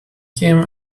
came